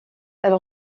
elle